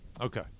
Okay